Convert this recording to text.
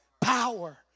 Power